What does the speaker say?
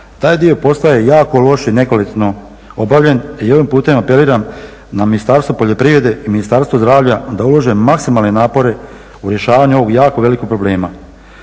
taj dio postaje jako loš i nekvalitetno obavljen i ovim putem apeliram na Ministarstvo poljoprivrede i Ministarstvo zdravlja da ulože maksimalne napore u rješavanju ovog jako velikog problema.